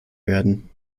werden